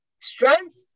strength